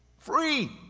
free!